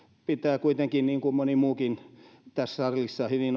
pidän kuitenkin niin kuin moni muukin tässä salissa hyvin